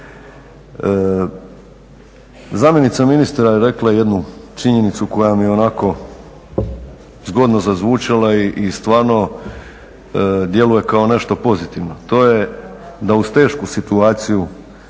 Zamjenica ministra je rekla jednu činjenicu koja mi onako zgodno zazvučala i stvarno djeluje kao nešto pozitivno, to je da uz tešku situaciju,